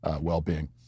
well-being